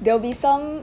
there will be some